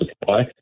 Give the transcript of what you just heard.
supply